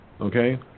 Okay